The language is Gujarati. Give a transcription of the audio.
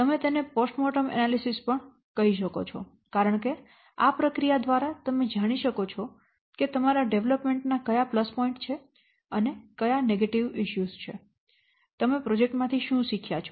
તમે તેને પોસ્ટ મોર્ટમ વિશ્લેષણ પણ કહી શકો છો કારણ કે આ પ્રક્રિયા દ્વારા તમે જાણી શકો છો કે તમારા ડેવલપમેન્ટ ના કયા પ્લસ પોઇન્ટ્સ છે અને નકારાત્મક મુદ્દા શું છે અને તમે પ્રોજેક્ટ્ માંથી શું શીખ્યા છો